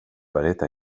berätta